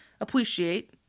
appreciate